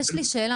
יש לי שאלה.